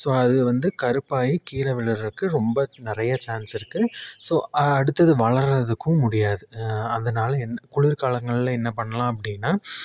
so அது வந்து கருப்பாகி கீழே விழுகிறக்கு ரொம்ப நிறைய சான்ஸ் இருக்குது ஸோ அடுத்தது வளருறதுக்கும் முடியாது அதனால என்ன குளிர் காலங்களில் என்ன பண்ணலாம் அப்படின்னா